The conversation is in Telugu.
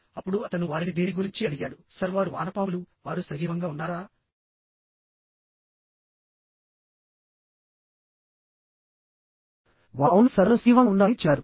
అప్పుడు అతను వారిని దీని గురించి అడిగాడుసర్ వారు వానపాములువారు సజీవంగా ఉన్నారావారు అవును సర్ వారు సజీవంగా ఉన్నారని చెప్పారు